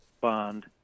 bond